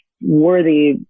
worthy